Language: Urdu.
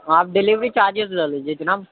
آپ ڈلیوری چارجیز لے لیجٮٔے جناب